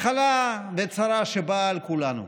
זו מחלה וצרה שבאו על כולנו.